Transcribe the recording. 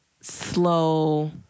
slow